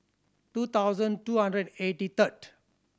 two thousand two hundred eighty third